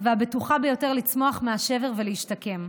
והבטוחה ביותר לצמוח מהשבר ולהשתקם.